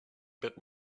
bit